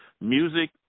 Music